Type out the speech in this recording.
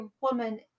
woman